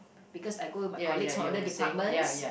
because I go with my colleague from other departments